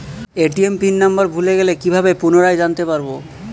ATM PIN number ভুলে গেলে কি ভাবে পুনরায় জানতে পারবো?